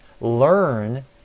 learn